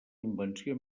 invenció